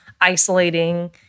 isolating